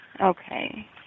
Okay